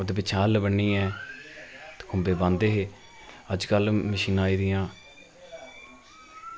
ओह्दे पिच्छें हल्ल ब'न्नियैं खुम्बे बाह्ंदे हे अजकल मशीनां आई दियां